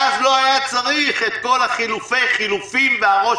ואז לא היה צריך את כל החילופי חילופים וראש